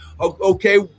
okay